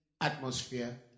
atmosphere